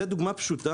זה דוגמה פשוטה.